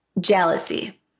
jealousy